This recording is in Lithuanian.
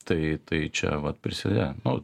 tai tai čia vat prisilieja nu